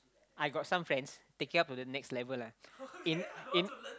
I got some friends taking up to the next level lah in in